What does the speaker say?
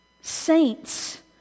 Saints